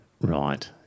Right